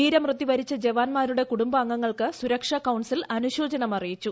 വീരമൃത്യുവരിച്ച ജവാന്മാരുടെ കുടുംബാംഗങ്ങൾക്ക് സുരക്ഷാ കൌൺസിൽ അനുശോചനം അറിയിച്ചു